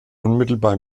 unmittelbar